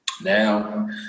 now